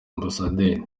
amb